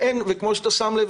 וכמו שאתה שם לב,